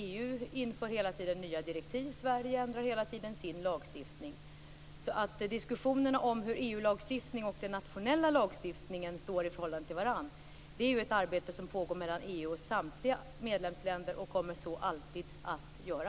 EU inför hela tiden nya direktiv och Sverige ändrar hela tiden sin lagstiftning. Diskussionerna om hur EU-lagstiftning och den nationella lagstiftningen står i förhållande till varandra är ju ett arbete som pågår mellan EU och samtliga medlemsländer och kommer alltid att så göra.